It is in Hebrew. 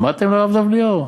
שמעתם על הרב דב ליאור?